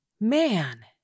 Man